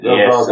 yes